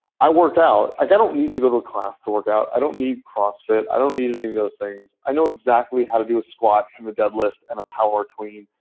i work out. i don't need to go to a class to work out. i don't need crossfit. i don't need any of those things. i know exactly how to do a squat and a deadlift and a power clean.